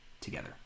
together